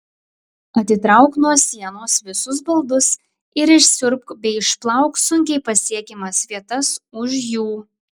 atitrauk nuo sienos visus baldus ir išsiurbk bei išplauk sunkiai pasiekiamas vietas už jų